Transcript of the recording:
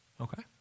Okay